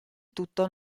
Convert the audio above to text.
tutto